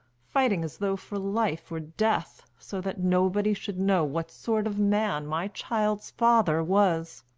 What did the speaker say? fighting as though for life or death, so that nobody should know what sort of man my child's father was.